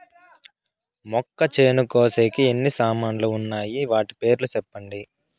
మొక్కచేను కోసేకి ఎన్ని సామాన్లు వున్నాయి? వాటి పేర్లు సెప్పండి?